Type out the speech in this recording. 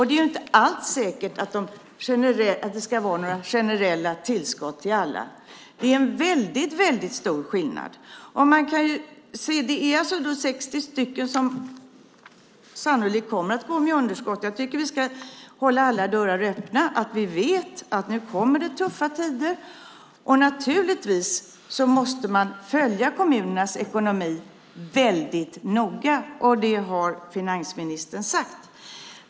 Det är inte alls säkert att det ska vara några generella tillskott till alla. Det är väldigt stor skillnad. Det är 60 stycken som sannolikt kommer att gå med underskott. Jag tycker att vi ska hålla alla dörrar öppna, för vi vet att det kommer tuffa tider nu. Naturligtvis måste man följa kommunernas ekonomi noga; det har också finansministern sagt.